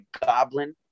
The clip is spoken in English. goblin